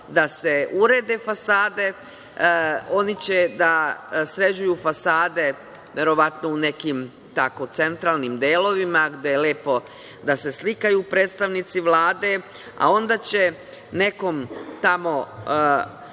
da se urede fasade, oni će da sređuju fasade, verovatno u nekim centralnim delovima, gde je lepo da se slikaju predstavnici Vlade, a onda će nekom tamo